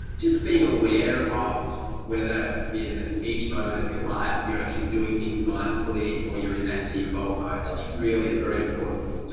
just being aware of whether, in each moment of your life, you're actually doing things mindfully or you're in that default mode. that's really a very important thing to do.